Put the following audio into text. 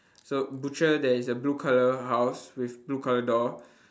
so butcher there is a blue colour house with blue colour door